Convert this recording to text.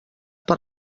per